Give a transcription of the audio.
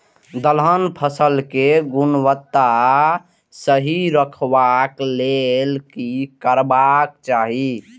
दलहन फसल केय गुणवत्ता सही रखवाक लेल की करबाक चाहि?